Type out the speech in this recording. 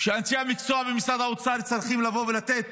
שאנשי המקצוע במשרד האוצר צריכים לבוא ולתת